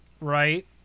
Right